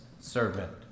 servant